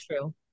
true